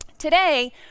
Today